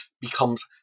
becomes